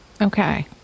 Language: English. Okay